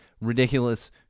ridiculous